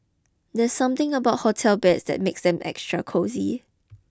there's something about hotel beds that makes them extra cosy